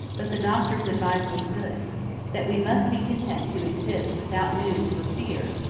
but the doctor's advice was good that we must be content to exist without news for fear,